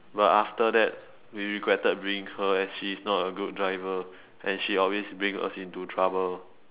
but after that we regretted bringing her as she is not a good driver and she always bring us into trouble